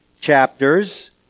chapters